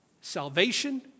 salvation